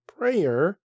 prayer